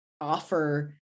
offer